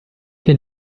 che